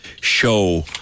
show